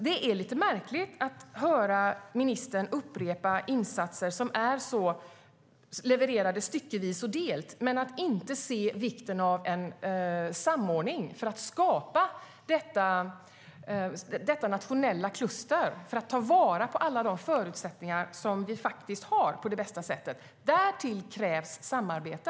Det är lite märkligt att höra ministern upprepa insatser som är så uppdelade och att inte se vikten av samordning för att kunna skapa det nationella klustret och därmed på bästa sätt ta vara på alla de förutsättningar vi har. Därtill krävs samarbete.